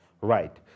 Right